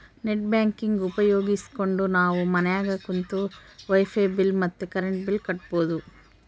net banking ಉಪಯೋಗಿಸ್ಕೆಂಡು ನಾವು ಮನ್ಯಾಗ ಕುಂತು ವೈಫೈ ಬಿಲ್ ಮತ್ತೆ ಕರೆಂಟ್ ಬಿಲ್ ಕಟ್ಬೋದು